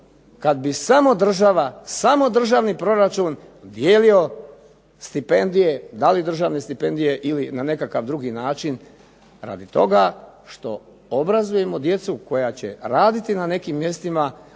kad bi samo država, samo državni proračun dijelio stipendije, da li državne stipendije ili na nekakav drugi način radi toga što obrazujemo djecu koja će raditi na nekim mjestima